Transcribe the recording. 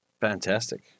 Fantastic